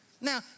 Now